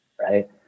right